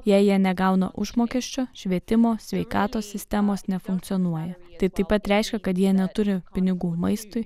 jei jie negauna užmokesčio švietimo sveikatos sistemos nefunkcionuoja tai taip pat reiškia kad jie neturi pinigų maistui